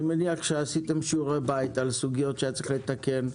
אני מניח שלפני הישיבה הזאת עשיתם שיעורי בית על סוגיות שהיה צריך לתקן.